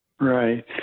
Right